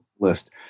list